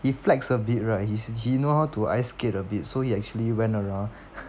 he flex a bit right he know how to ice skate a bit so he actually went around